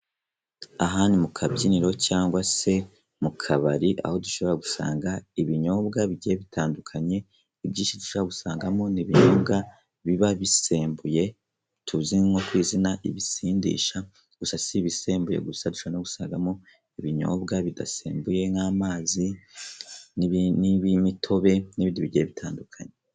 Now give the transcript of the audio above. Aha ni mu kabyiniro cyangwa se mu kabari, aho dushobora gusanga ibinyobwa bigiye bitandukanye. Ibyinshi dushobora gusangamo n'ibinyobwa biba bisembuye, tuzi nko kw'izina "ibisindisha", gusa si ibisembuye gusa, dushobora no gusangamo ibinyobwa bidasembuye nk'amazi, n'imitobe n'ibindi bigiye bitandukanye.